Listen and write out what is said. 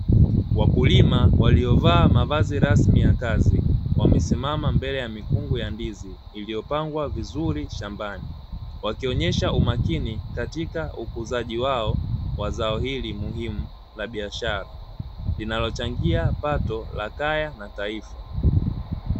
Wakulima waliovaa mavazi rasmi ya kazi wamesimama mbele ya mikungu ya ndizi iliyopangwa vizuri shambani, wakionyesha umakini katika ukuzaji wao wa zao hili muhimu la biashara linalochangia pato la kaya na taifa.